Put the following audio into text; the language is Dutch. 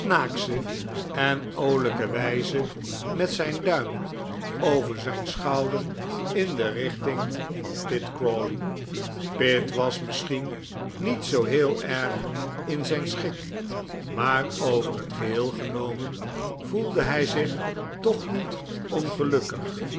snaaksche en oolijke wijze met zijn duim over zijn schouder in de richting van pitt crawley pitt was misschien niet zoo heel erg in zijn schik maar over het geheel genomen voelde hij zich toch niet ongelukkig